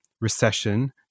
recession